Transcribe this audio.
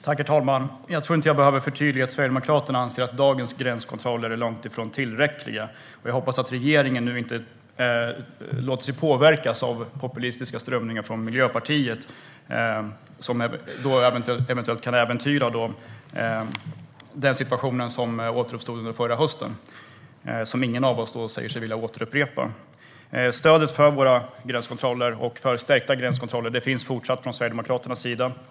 Herr talman! Jag tror inte att jag behöver förtydliga att Sverigedemokraterna anser att dagens gränskontroller är långt ifrån tillräckliga. Jag hoppas att regeringen nu inte låter sig påverkas av populistiska strömningar från Miljöpartiet som eventuellt kan äventyra situationen, så att förra höstens situation återuppstår, något som ingen av oss säger sig vilja. Stödet för stärkta gränskontroller är fortsatt från Sverigedemokraternas sida.